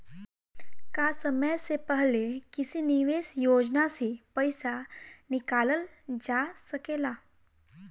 का समय से पहले किसी निवेश योजना से र्पइसा निकालल जा सकेला?